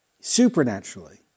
supernaturally